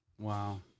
wow